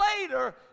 later